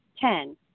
Ten